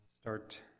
start